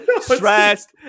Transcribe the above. stressed